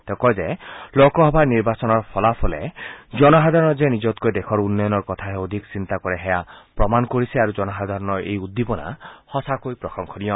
তেওঁ কয় যে লোকসভাৰ নিৰ্বাচনৰ ফলাফলে জনসাধাৰণেও যে নিজতকৈ দেশৰ উন্নয়নৰ কথাহে অধিক চিন্তা কৰে সেয়া প্ৰমাণ কৰিছে আৰু জনসাধাৰণৰ এই উদ্দীপনা সঁচাকৈয়ে প্ৰশংসনীয়